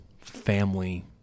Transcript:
family